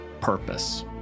purpose